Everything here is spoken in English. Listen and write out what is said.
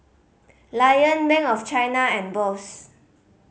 Lion Bank of China and Bosch